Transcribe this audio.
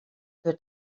für